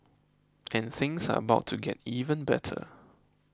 and things are about to get even better